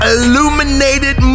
Illuminated